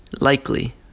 Likely